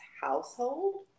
household